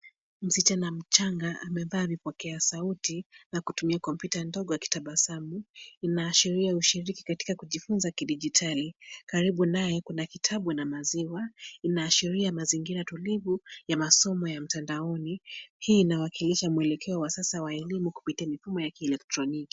Msichana mchanga amevaa vipokea sauti na kutumia kompyuta ndogo akitabasamu. Inaashiria ushiriki katika kujifunza kidijitali. Karibu naye, kuna kitabu na maziwa. Inaashiria mazingira tulivu ya masomo ya mtandaoni. Hii inawakilisha mwelekeo wa sasa wa elimu kupitia mfumo wa kielektroniki.